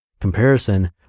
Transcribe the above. Comparison